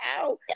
out